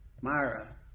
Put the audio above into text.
myra